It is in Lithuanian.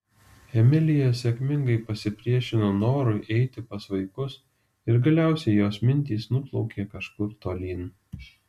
emilija sėkmingai pasipriešino norui eiti pas vaikus ir galiausiai jos mintys nuplaukė kažkur tolyn